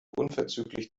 unverzüglich